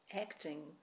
acting